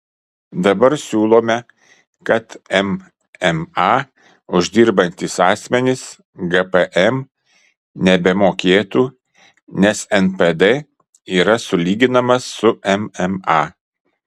dabar siūlome kad mma uždirbantys asmenys gpm nebemokėtų nes npd yra sulyginamas su mma